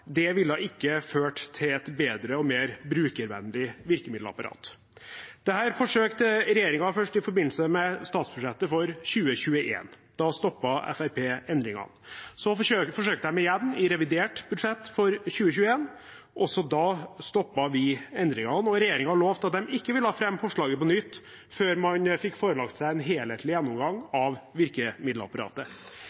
ville ikke ført til et bedre og mer brukervennlig virkemiddelapparat. Dette forsøkte regjeringen først i forbindelse med statsbudsjettet for 2021. Da stoppet Fremskrittspartiet endringene. Så forsøkte de igjen i revidert budsjett for 2021. Også da stoppet vi endringene, og regjeringen lovet at de ikke ville fremme forslaget på nytt før man fikk seg forelagt en helhetlig gjennomgang